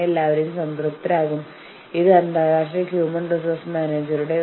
ഇരു കക്ഷികൾക്കും ചർച്ച ചെയ്യാൻ കഴിയാത്ത ഒരു ഘട്ടത്തിൽ നിങ്ങൾ എത്തിച്ചേരുന്നു